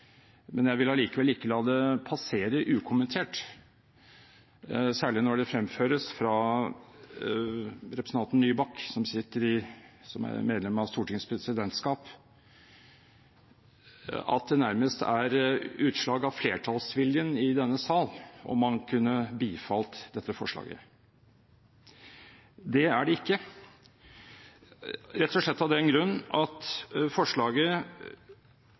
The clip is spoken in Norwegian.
Men jeg vil likevel ikke la det passere ukommentert, særlig når det fremføres av representanten Nybakk – som er medlem av Stortingets presidentskap – at det nærmest er utslag av flertallsviljen i denne sal om man kunne bifalt dette forslaget. Det er det ikke, rett og slett av den grunn at forslaget